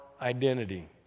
identity